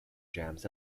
jams